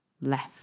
left